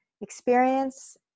experience